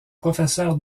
professeur